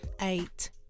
eight